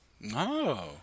No